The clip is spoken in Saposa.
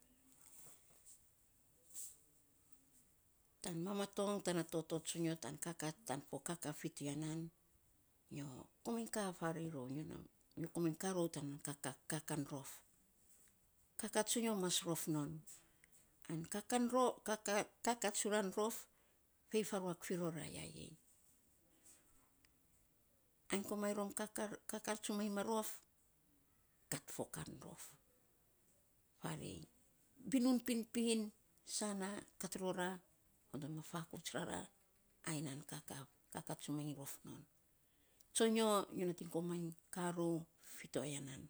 tan mamatong tana toto tsonyo tan kakaa tan fo kakaa fi to yia nan, nyo komainy ka faarei rou nyo komainy kakaa rou tan kakaan rof. Kakaa tsonyo mas rof non. an kakaa tsuran rof, fei faruak firo ya ei, ainy komainy rom kakaa tsumainy ma rof, kat fo kan rof, faarei binun pinpin, sana kat rora onot ma fakouts rara, ai nan kakaa tsumainyi rof non. Tsonyo, nyo nating komainy kaa rou fi to ya nan,